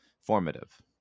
formative